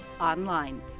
Online